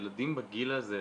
ילדים בגיל הזה,